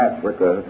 Africa